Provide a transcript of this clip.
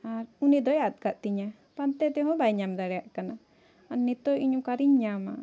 ᱟᱨ ᱩᱱᱤᱫᱚᱭ ᱟᱫᱼᱠᱟᱫ ᱛᱤᱧᱟᱹ ᱯᱟᱱᱛᱮ ᱛᱮᱦᱚᱸ ᱵᱟᱭ ᱧᱟᱢ ᱫᱟᱲᱮᱭᱟᱜ ᱠᱟᱱᱟ ᱟᱨ ᱱᱤᱛᱳᱜ ᱤᱧ ᱚᱠᱟᱨᱤᱧ ᱧᱟᱢᱟ